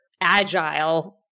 agile